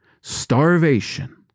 starvation